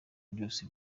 byose